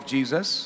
Jesus